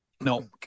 no